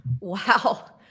Wow